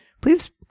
please